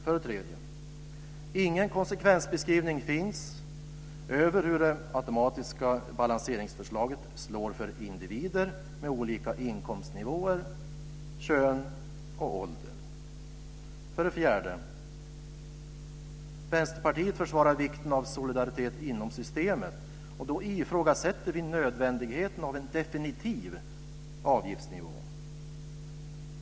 För det tredje: Ingen konsekvensbeskrivning finns över hur det automatiska balanseringsförslaget slår för individer med olika inkomstnivåer, kön och ålder. För det fjärde: Vänsterpartiet försvarar vikten av solidaritet inom systemet, och då ifrågasätter vi nödvändigheten av en definitiv avgiftsnivå.